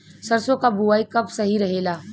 सरसों क बुवाई कब सही रहेला?